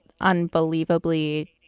unbelievably